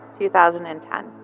2010